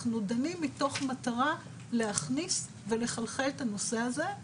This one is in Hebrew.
אנחנו דנים מתוך מטרה להכניס ולחלחל את הנושא הזה.